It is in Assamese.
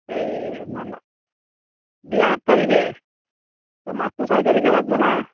এই মা মা বিয়া সাত তাৰিখে মাছটো ছয় তাৰিখে লাগবো না